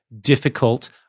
difficult